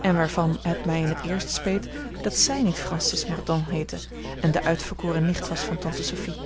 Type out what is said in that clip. en waarvan het mij in t eerst speet dat zij niet francis mordaunt heette en de uitverkoren nicht was van tante sophie